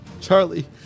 Charlie